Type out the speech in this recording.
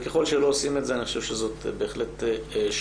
ככל שלא עושים את זה אני חושב שזו בהחלט שערורייה,